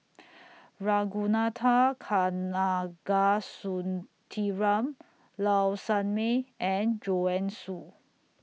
Ragunathar Kanagasuntheram Low Sanmay and Joanne Soo